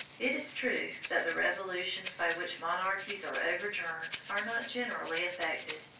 it is true that the revolutions by which monarchies are overturned are not generally effected,